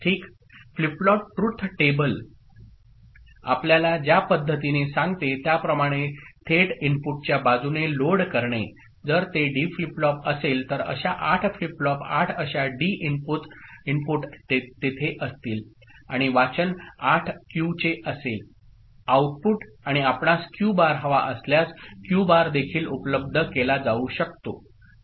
flip flop truth table आपल्याला ज्या पद्धतीने सांगते त्याप्रमाणे थेट इनपुटच्या बाजूने लोड करणे जर ते डी फ्लिप फ्लॉप असेल तर अशा 8 फ्लिप फ्लॉप 8 अशा डी इनपुट तेथे असतील आणि वाचन 8 क्यूचे असेल आउटपुट आणि आपणास क्यू बार हवा असल्यास क्यू बारदेखील उपलब्ध केला जाऊ शकतो